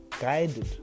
guided